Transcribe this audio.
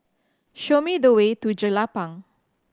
show me the way to Jelapang